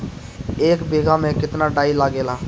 एक बिगहा में केतना डाई लागेला?